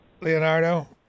Leonardo